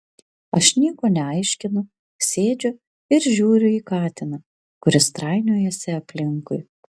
aš nieko neaiškinu sėdžiu ir žiūriu į katiną kuris trainiojasi aplinkui